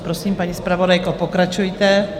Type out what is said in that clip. Prosím, paní zpravodajko, pokračujte.